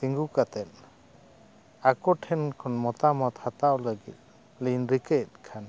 ᱛᱤᱸᱜᱩ ᱠᱟᱛᱮ ᱟᱠᱚ ᱴᱷᱮᱱ ᱠᱷᱚᱱ ᱢᱚᱛᱟᱢᱚᱛ ᱦᱟᱛᱟᱣ ᱞᱟᱹᱜᱤᱫ ᱞᱤᱧ ᱨᱤᱠᱟᱹᱭᱮᱫ ᱠᱷᱟᱱ